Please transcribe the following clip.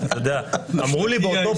אגב, אמרו לי באותו